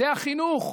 זה החינוך.